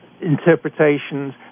interpretations